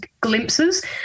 glimpses